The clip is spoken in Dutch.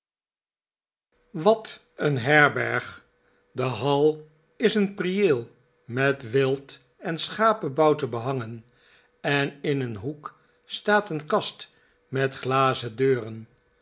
wat een herberg de hall is een prieeel met wild en schapenbouten behangen en in een hoek staat een kast met glazen deuren